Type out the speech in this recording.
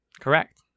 Correct